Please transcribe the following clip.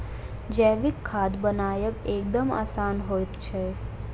जैविक खाद बनायब एकदम आसान होइत छै